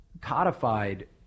codified